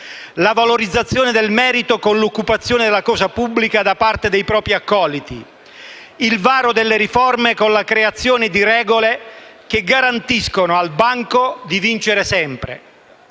la valorizzazione del merito con l'occupazione della cosa pubblica da parte dei propri accoliti, il varo delle riforme con la creazione di regole che garantiscono al banco di vincere sempre.